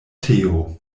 teo